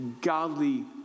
godly